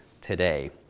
today